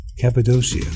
Cappadocia